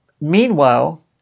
Meanwhile